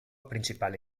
principale